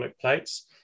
plates